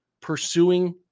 pursuing